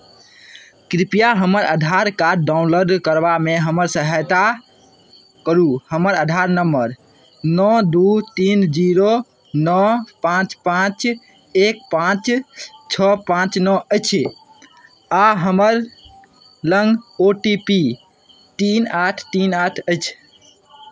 कृपया हमर Aadhaar card download करबामे हमर सहायता करू हमर आधार नम्बर नओ दू तीन जीरो नओ पाँच पाँच एक पाँच छओ पाँच नओ अछि आ हमर लग ओ टी पी तीन आठ तीन आठ अछि